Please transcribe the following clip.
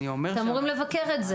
לא, אני אומר --- אתם אמורים לבקר את זה.